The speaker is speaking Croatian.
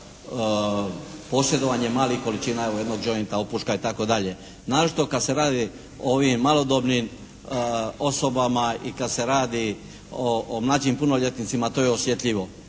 posjedovanje malih količina evo jednog jointa, opuška itd. naročito kad se radi o ovim malodobnim osobama i kad se radi o mlađim punoljetnicima. To je osjetljivo